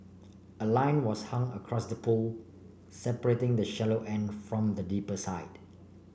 a line was hung across the pool separating the shallow end from the deeper side